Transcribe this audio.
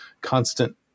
constant